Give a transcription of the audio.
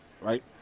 right